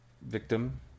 victim